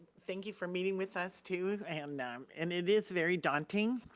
thank you for meeting with us too and and it is very daunting